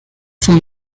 son